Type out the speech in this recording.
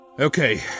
Okay